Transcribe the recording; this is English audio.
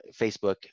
Facebook